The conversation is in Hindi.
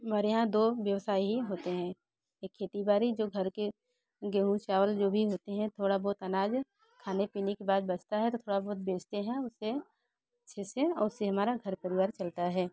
हमारे यहाँ दो व्यवसाय ही होते हैं एक खेती बाड़ी जो घर के गेहूं चावल जो भी होते हैं थोड़ा बहुत अनाज खाने पीने के बाद बचता है तो थोड़ा बहुत बेचते है उसे अच्छे से और उससे हमारा घर परिवार चलता है